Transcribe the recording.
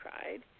cried